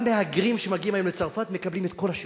גם מהגרים שמגיעים היום מצרפת מקבלים את כל השירותים.